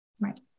right